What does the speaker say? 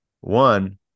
one